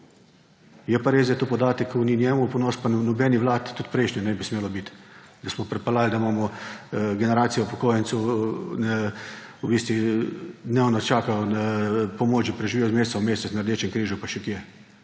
res, da je to podatek, ki ni njemu v ponos pa nobeni vladi, tudi prejšnji ne bi smelo biti, da smo pripeljali, da imamo generacijo upokojencev, ki v bistvu dnevno čakajo na pomoč, da preživijo iz meseca v mesec, na Rdečem križu pa še kje.